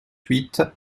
huit